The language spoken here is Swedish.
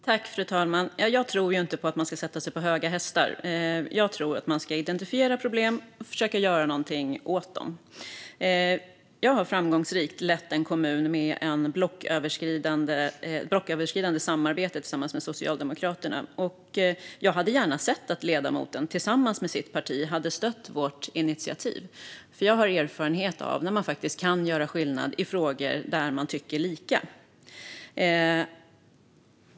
Fru talman! Jag tror ju inte på att man ska sätta sig på höga hästar. Jag tror att man ska identifiera problem och försöka att göra någonting åt dem. Jag har framgångsrikt lett en kommun med ett blocköverskridande samarbete med Socialdemokraterna. Jag hade gärna sett att ledamoten tillsammans med sitt parti hade stött vårt initiativ, för jag har erfarenhet av när man faktiskt kan göra skillnad i frågor där man tycker lika.